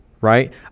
right